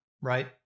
right